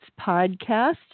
podcast